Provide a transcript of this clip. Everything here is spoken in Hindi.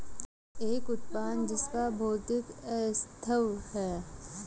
एक उत्पाद जिसका भौतिक अस्तित्व है?